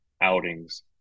outings